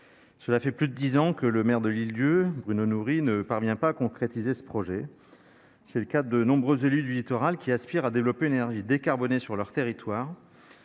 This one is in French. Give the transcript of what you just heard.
Cela fait plus de dix ans que le maire de L'Île-d'Yeu, Bruno Noury, ne parvient pas à concrétiser ce projet, à l'instar d'autres élus du littoral qui aspirent à développer une énergie décarbonée sur leur territoire.